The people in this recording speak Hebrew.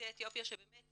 ליוצאי אתיופיה שבאמת